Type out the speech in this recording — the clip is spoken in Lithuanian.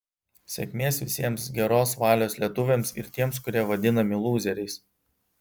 sėkmės visiems geros valios lietuviams ir tiems kurie vadinami lūzeriais